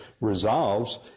resolves